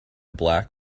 black